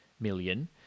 million